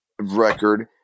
record